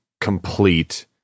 complete